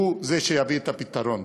הוא זה שיביא את הפתרון.